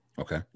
Okay